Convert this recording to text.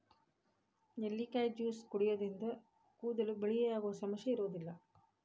ನೆಲ್ಲಿಕಾಯಿ ಜ್ಯೂಸ್ ಕುಡಿಯೋದ್ರಿಂದ ಕೂದಲು ಬಿಳಿಯಾಗುವ ಸಮಸ್ಯೆ ಇರೋದಿಲ್ಲ